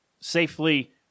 safely